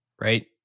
right